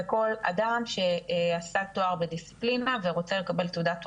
כל אדם שעשה תואר בדיסציפלינה ורוצה לקבל תעודת הוראה,